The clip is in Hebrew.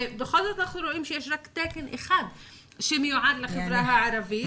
ובכל זאת אנחנו רואים שיש רק תקן אחד שמיועד לחברה הערבית.